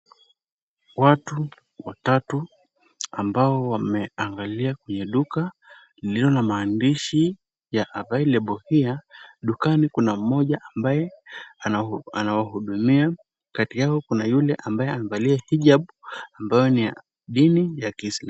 Watu watatu ambao wameangalia kwenye duka lililo na maandishi ya available here . Dukani kuna mmoja ambaye anawahudumia. Kati yao kuna yule ambaye amevalia hijab ambayo ni ya dini ya Kiislamu.